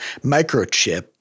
microchip